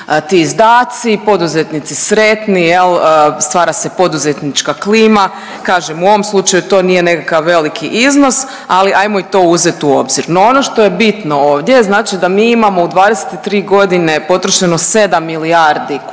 ti izdaci, poduzetnici sretni stvara se poduzetnička klima, kažem u ovom slučaju to nije nekakav veliki iznos, ali ajmo i to uzet u obzir. No ono što je bitno ovdje da mi imamo u 23 godine potrošeno sedam milijardi kuna